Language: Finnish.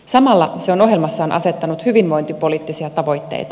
samalla se on ohjelmassaan asettanut hyvinvointipoliittisia tavoitteita